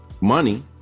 money